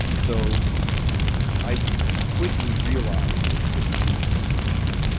so i quickly realized this is a disease of deconditioning.